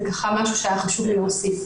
זה משהו שהיה לי חשוב להוסיף.